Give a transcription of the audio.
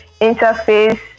interface